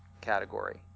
category